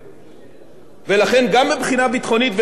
לכן, גם מבחינה ביטחונית וגם מבחינה כלכלית